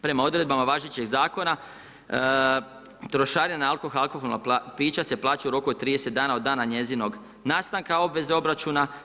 Prema odredbama važećeg Zakona, trošarina na alkohol i alkoholna pića se plaća u roku od 30 dana od dana njezinog nastanaka obveze obračuna.